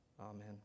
Amen